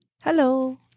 Hello